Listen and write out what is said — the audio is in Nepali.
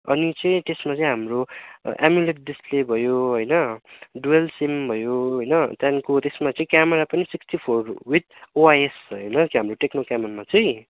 अनि चाहिँ त्यसमा चाहिँ हाम्रो एमुलेट डिसप्ले भयो होइन डुवल सिम भयो होइन त्यहाँदेखिको त्यसमा चाहिँ क्यामेरा पनि सिक्सटी फोर विथ ओआइएस छ होइन हाम्रो टेक्नो क्यामोनमा चाहिँ